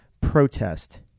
protest